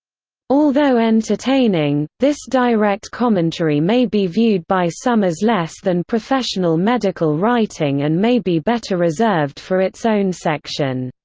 although entertaining, this direct commentary may be viewed by some as less than professional medical writing and may be better reserved for its own section.